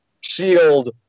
shield